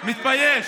מתבייש.